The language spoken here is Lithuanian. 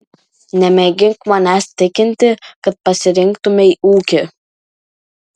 nemėgink manęs tikinti kad pasirinktumei ūkį